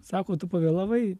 sako tu pavėlavai